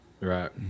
right